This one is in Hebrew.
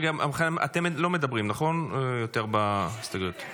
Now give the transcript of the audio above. אתם לא מדברים יותר בהסתייגויות, נכון?